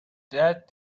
that